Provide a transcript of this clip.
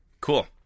Cool